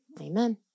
amen